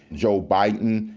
joe biden,